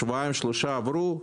שבועיים שלושה עברו.